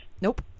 Nope